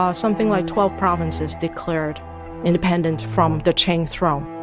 ah something like twelve provinces declared independence from the qing throne